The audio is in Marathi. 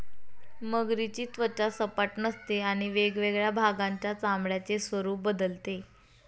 मगरीची त्वचा सपाट नसते आणि वेगवेगळ्या भागांच्या चामड्याचे स्वरूप बदलते